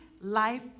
life